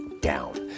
down